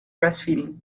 breastfeeding